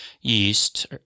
yeast